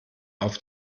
auf